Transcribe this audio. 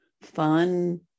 fun